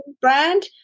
brand